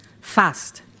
fast